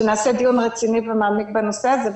שנעשה דיון מעמיק ורציני בנושא הזה,